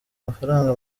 amafaranga